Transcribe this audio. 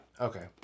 Okay